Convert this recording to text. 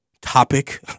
Topic